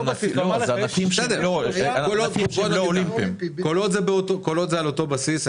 כל עוד זה על אותו בסיס,